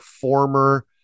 former